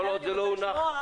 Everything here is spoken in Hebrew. לכן אני רוצה לשמוע.